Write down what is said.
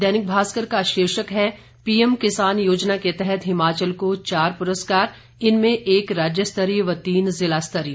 दैनिक भास्कर का शीर्षक है पीएम किसान योजना के तहत हिमाचल को चार पुरस्कर इनमें एक राज्यस्तरीय व तीन जिला स्तरीय